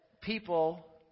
people